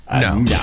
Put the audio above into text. No